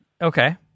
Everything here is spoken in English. Okay